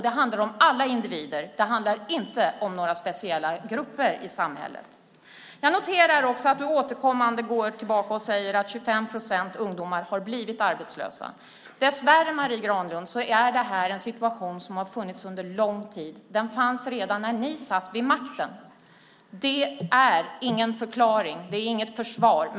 Det handlar om alla individer. Det handlar inte om några speciella grupper i samhället. Jag noterar att Marie Granlund återkommande säger att 25 procent av ungdomarna har blivit arbetslösa. Dessvärre är det, Marie Granlund, en situation som funnits under lång tid. Den fanns redan när ni satt vid makten. Det är ingen förklaring och inget försvar.